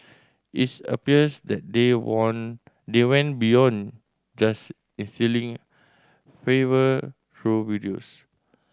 it's appears that they want they went beyond just instilling favour through videos